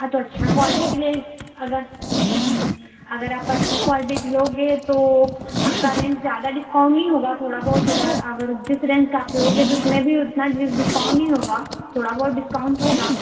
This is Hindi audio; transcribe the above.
हाँ तो अच्छा क्वालटी का लिए अगर अगर आप अच्छा क्वालटी का लोगे तो आपका रेंज ज़्यादा डिस्काउंट नहीं होगा थोड़ा बहुत होगा अगर जिस रेंज का आप लोगे तो उस में भी उतना डिस्काउंट नहीं होगा थोड़ा बहुत डिस्काउंट होगा